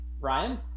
Ryan